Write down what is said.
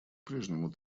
прежнему